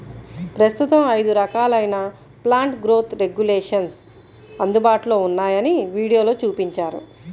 ప్రస్తుతం ఐదు రకాలైన ప్లాంట్ గ్రోత్ రెగ్యులేషన్స్ అందుబాటులో ఉన్నాయని వీడియోలో చూపించారు